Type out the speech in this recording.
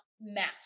match